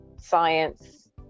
science